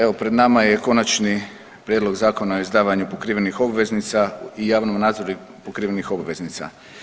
Evo pred nama je Konačni prijedlog Zakona o izdavanju pokrivenih obveznica i javnom nadzoru pokrivenih obveznica.